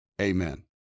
Amen